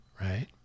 right